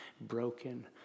broken